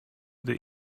the